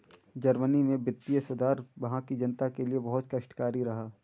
Germany में वित्तीय सुधार वहां की जनता के लिए बहुत कष्टकारी रहा